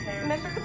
remember